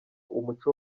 umuco